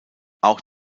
auch